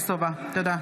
תודה.